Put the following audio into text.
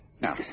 Now